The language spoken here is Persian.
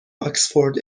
آکسفورد